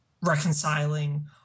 reconciling